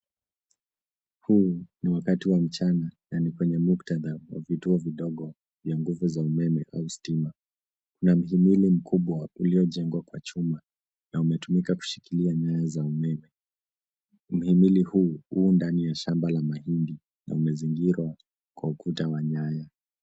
Huu ,ni wakati wa mchana, nani kwenye muktadha wa vituo vidogo vya nguvu za umeme au stima. Kuna mhimili mkubwa uliojengwa kwa chuma na umetumika kushikilia nyaya za umeme. Mhimili huu,u ndani ya shamba la mahindi na umezingirwa kwa ukuta wa nyanya.